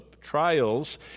trials